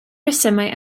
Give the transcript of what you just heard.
rhesymau